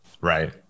Right